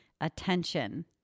attention